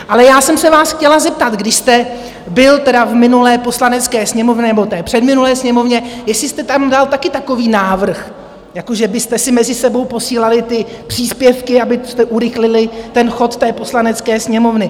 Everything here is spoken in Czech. Ale já jsem se vás chtěla zeptat, když jste byl tedy v minulé Poslanecké sněmovně nebo předminulé Sněmovně, jestli jste tam dal taky takový návrh, že byste si mezi sebou posílali ty příspěvky, abyste urychlili chod Poslanecké sněmovny.